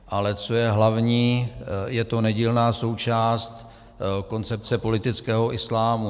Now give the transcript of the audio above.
Ale co je hlavní, je to nedílná součást koncepce politického islámu.